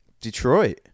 Detroit